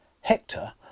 Hector